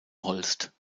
holst